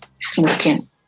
smoking